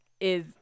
is-